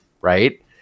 Right